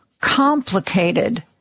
complicated